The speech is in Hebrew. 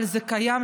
אבל זה קיים,